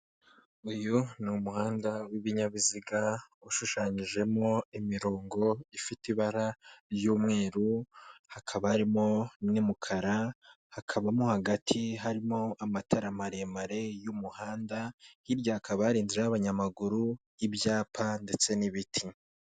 Uyu ni umuhanda w'ibinyabiziga ushushanyijemo imirongo ifite ibara ry'umweru hakaba harimo n'umukara hakabamo hagati harimo amatara maremare y'umuhanda hirya hakaba hari inzira y'abanyamaguru ibyapa ndetse n'ibiti.